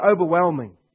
overwhelming